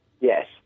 Yes